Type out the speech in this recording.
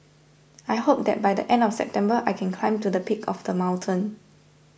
I hope that by the end of September I can climb to the peak of the mountain